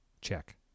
Check